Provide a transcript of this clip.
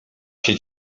się